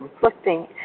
conflicting